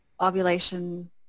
ovulation